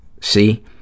see